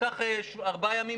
שייקח ארבעה ימים,